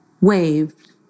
waved